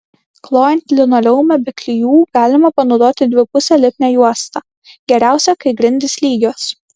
klojant linoleumą be klijų galima panaudoti dvipusę lipnią juostą geriausia kai grindys lygios